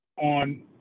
on